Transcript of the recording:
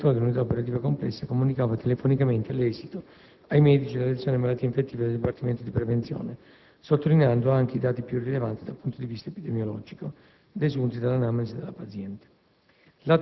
il direttore dell'unità operativa complessa comunicava telefonicamente l'esito ai medici della sezione malattie infettive del dipartimento di prevenzione, sottolineando anche i dati più rilevanti dal punto di vista epidemiologico, desunti dall'anamnesi della paziente.